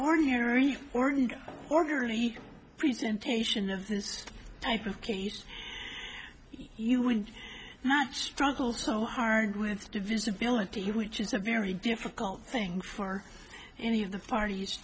ordinary or an orderly presentation of this type of case you would not just runkle so hard with visibility which is a very difficult thing for any of the parties